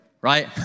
right